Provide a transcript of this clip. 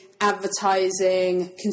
advertising